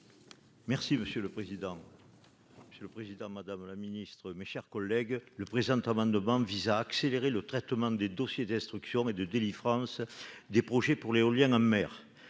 Monsieur le Président, Madame la Ministre, mes chers collègues, le présenteras 22 vise à accélérer le traitement des dossiers d'instruction et de délivrance des projets pour l'éolien en mer